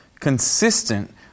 consistent